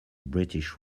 british